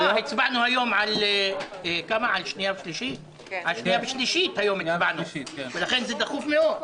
הצבענו היום על שנייה ושלישית, ולכן זה דחוף מאוד.